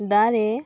ᱫᱟᱨᱮ